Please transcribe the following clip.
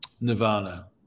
Nirvana